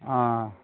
ஆ